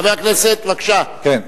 חבר הכנסת, בבקשה.